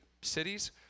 cities